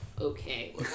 okay